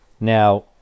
Now